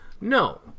No